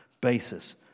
basis